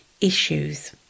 issues